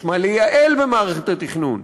יש מה לייעל במערכת התכנון.